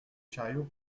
chariot